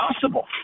possible